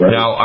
Now